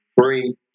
three